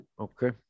Okay